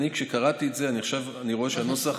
כשקראתי את זה, אני רואה שהנוסח